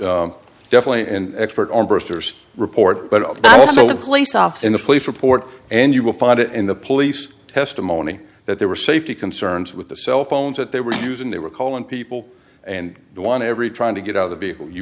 issues definitely and expert on brewster's report but also place off in the police report and you will find it in the police testimony that they were safety concerns with the cell phones that they were using they were calling people and the one every trying to get out of the vehicle you